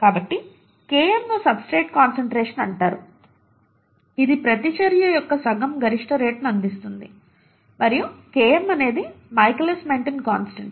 కాబట్టి Km ను substrate concentration అంటారు ఇది ప్రతిచర్య యొక్క సగం గరిష్ట రేటును అందిస్తుంది మరియు Km అనేది మైఖేలిస్ మెంటన్ కాన్స్టాంట్